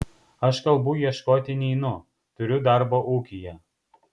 aš kalbų ieškoti neinu turiu darbo ūkyje